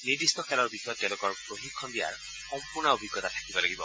নিৰ্দিষ্ট খেলৰ বিষয়ত তেওঁলোকৰ প্ৰশিক্ষণ দিয়াৰ সম্পূৰ্ণ অভিজ্ঞতা থাকিব লাগিব